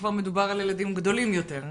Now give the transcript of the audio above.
כבר מדובר על ילדים גדולים יותר.